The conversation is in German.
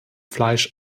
fleisch